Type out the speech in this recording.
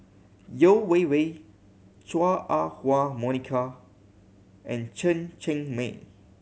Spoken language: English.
Yeo Wei Wei Chua Ah Huwa Monica and Chen Cheng Mei